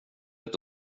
ett